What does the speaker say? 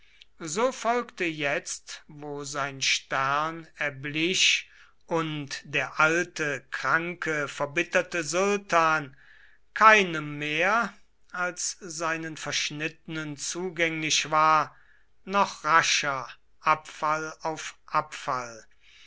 so folgte jetzt wo sein stern erblich und der alte kranke verbitterte sultan keinem mehr als seinen verschnittenen zugänglich war noch rascher abfall auf abfall